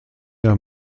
der